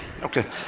okay